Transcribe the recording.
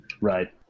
Right